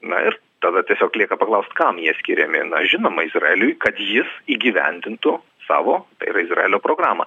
na ir tada tiesiog lieka paklaust kam jie skiriami na žinoma izraeliui kad jis įgyvendintų savo tai yra izraelio programą